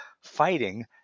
fighting